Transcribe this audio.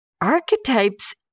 Archetypes